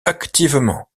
activement